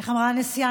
איך אמרה הנשיאה?